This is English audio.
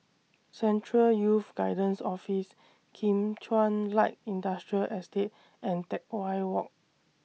Central Youth Guidance Office Kim Chuan Light Industrial Estate and Teck Whye Walk